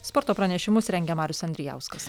sporto pranešimus rengė marius andrijauskas